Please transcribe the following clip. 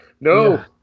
No